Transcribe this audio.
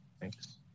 Thanks